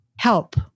help